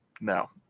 No